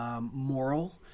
moral